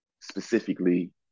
specifically